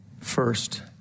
First